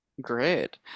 great